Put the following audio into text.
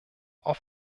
auf